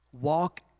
walk